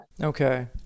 Okay